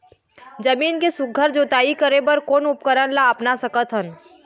जमीन के सुघ्घर जोताई करे बर कोन उपकरण ला अपना सकथन?